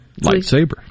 Lightsaber